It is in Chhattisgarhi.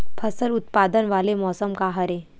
फसल उत्पादन वाले मौसम का हरे?